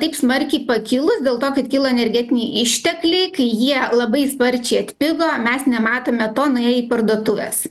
taip smarkiai pakilus dėl to kad kilo energetiniai ištekliai kai jie labai sparčiai atpigo mes nematome to nuėję į parduotuves